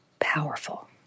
powerful